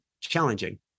challenging